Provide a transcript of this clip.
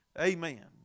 amen